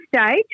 stage